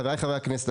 חברי הכנסת,